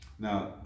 now